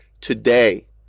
today